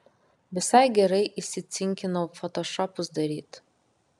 visai gerai įsicinkinau fotošopus daryt